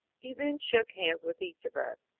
he then shook hands with each of us.